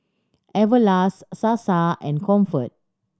Everlast Sasa and Comfort